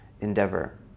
endeavor